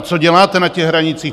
Co děláte na těch hranicích?